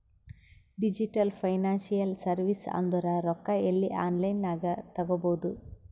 digital financial service ಅಂದುರ್ ರೊಕ್ಕಾ ಎಲ್ಲಾ ಆನ್ಲೈನ್ ನಾಗೆ ತಗೋಬೋದು